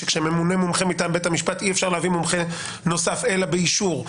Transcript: שכשממונה מומחה מטעם בית משפט אי אפשר להביא מומחה נוסף אלא באישור.